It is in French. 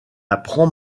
apprend